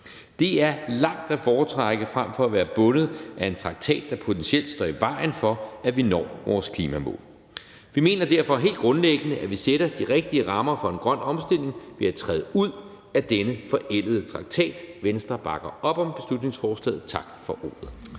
Det er langt at foretrække frem for at være bundet af en traktat, der potentielt står i vejen for, at vi når vores klimamål. Vi mener derfor helt grundlæggende, at vi sætter de rigtige rammer for en grøn omstilling ved at træde ud af denne forældede traktat. Venstre bakker op om beslutningsforslaget. Tak for ordet.